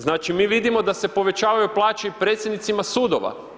Znači mi vidimo da se povećavaju plaće i predsjednicima sudova.